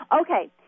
Okay